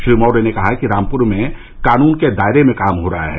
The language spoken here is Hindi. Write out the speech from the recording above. श्री मौर्य ने कहा कि रामपुर में कानून के दायरे में काम हो रहा है